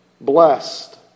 Blessed